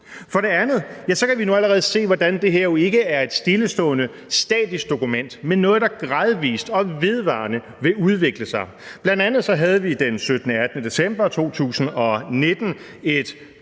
migration. Vi kan allerede nu se, hvordan det her jo ikke er et stillestående statisk dokument, men noget, der gradvis og vedvarende vil udvikle sig. Bl.a. havde vi den 17., 18. december 2019 et